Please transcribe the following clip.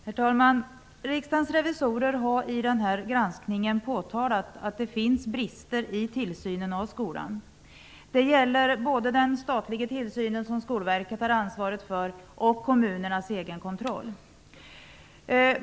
Herr talman! Riksdagens revisorer har i sin granskning påtalat att det finns brister i tillsynen av skolan. Det gäller både den statliga tillsynen, som Skolverket har ansvaret för, och kommunernas egenkontroll.